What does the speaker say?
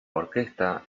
orquesta